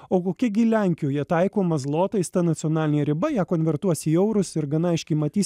o kokia gi lenkijoje taikoma zlotais ta nacionalinė riba ją konvertuos į eurus ir gana aiškiai matys